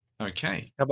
Okay